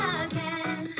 again